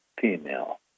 female